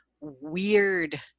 weird